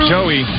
Joey